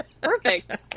Perfect